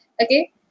Okay